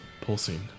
pulsing